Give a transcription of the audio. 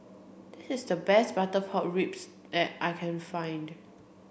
this is the best butter pork ribs that I can find